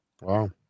wow